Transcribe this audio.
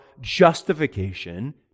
justification